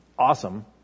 Awesome